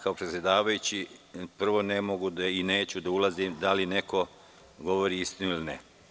Kao predsedavajući, prvo ne mogu i neću da ulazim da li neko govori istinu ili ne?